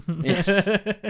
yes